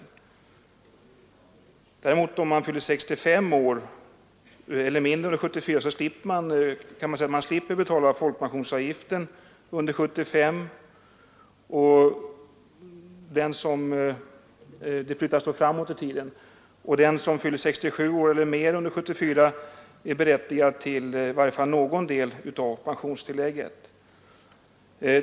Om vederbörande däremot fyller 65 år eller mindre under 1974, så slipper han eller hon betala folkpensionsavgift under 1975. Gränsen flyttas alltså framåt i tiden, och den som fyller 67 år eller mera under 1974 är i varje fall berättigad till någon del av pensionstillägget.